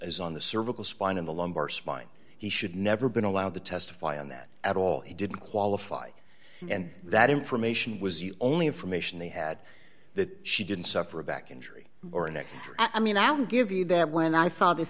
as on the cervical spine in the lumbar spine he should never been allowed to testify on that at all he didn't qualify and that information was the only information they had that she didn't suffer a back injury or a neck i mean i'll give you that when i